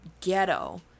ghetto